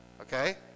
Okay